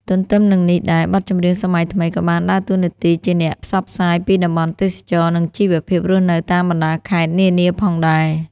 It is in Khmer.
ទន្ទឹមនឹងនេះដែរ បទចម្រៀងសម័យថ្មីក៏បានដើរតួនាទីជាអ្នកផ្សព្វផ្សាយពីតំបន់ទេសចរណ៍ និងជីវភាពរស់នៅតាមបណ្ដាខេត្តនានាផងដែរ។